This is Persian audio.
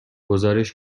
گزارش